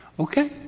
okay?